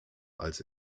als